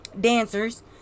dancers